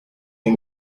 les